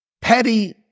petty